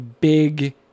big